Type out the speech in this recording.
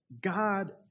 God